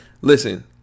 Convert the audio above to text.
listen